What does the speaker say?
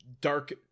dark